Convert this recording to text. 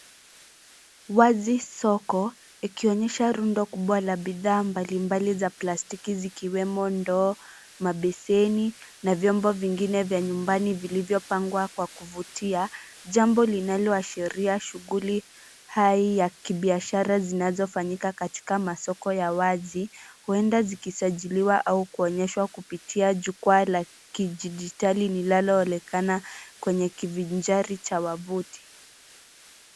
Wazi soko ikionyesha rundo kubwa la bidhaa mbalimbali za plastiki zikiwemo ndoo, mabeseni na vyombo vingine vya nyumbani vilivyopangwa kwa kuvutia; jambo linaloashiria shughuli hai ya kibiashara zinazofanyika katika masoko ya wazi huenda zikisajiliwa au kuonyeshwa kupitia jukwaa la kidijitali linaloonekana kwenye kivinjari cha wavuti.